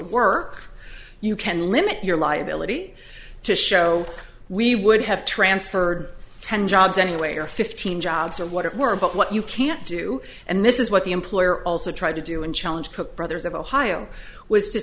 work you can limit your liability to show we would have transferred ten jobs anyway or fifteen jobs or what it were but what you can't do and this is what the employer also tried to do and challenge book brothers of ohio was to